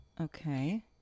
Okay